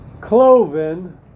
Cloven